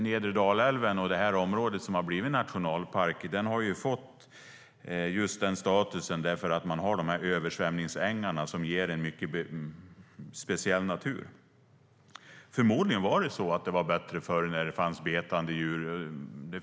Nedre Dalälven och det område som har blivit nationalpark har fått den statusen just för att de har översvämningsängar som ger en mycket speciell natur. Förmodligen var det bättre förr när det fanns betande djur.